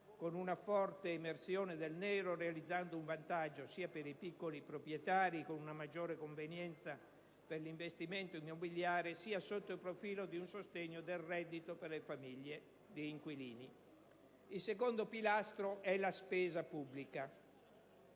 con una forte emersione del nero, realizzando un vantaggio sia per i piccoli proprietari, con una maggiore convenienza per l'investimento immobiliare, sia sotto il profilo di un sostegno del reddito per le famiglie di inquilini. Il secondo pilastro è la spesa pubblica.